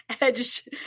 edge